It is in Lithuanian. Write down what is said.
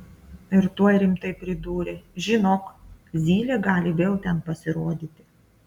ir tuoj rimtai pridūrė žinok zylė gali vėl ten pasirodyti